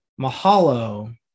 Mahalo